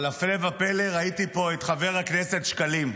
אבל הפלא ופלא ראיתי פה את חבר הכנסת שקלים,